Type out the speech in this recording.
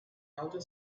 elder